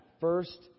first